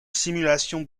simulation